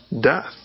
death